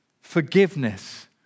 forgiveness